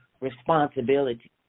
responsibility